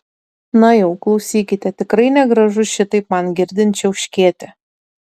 na jau klausykite tikrai negražu šitaip man girdint čiauškėti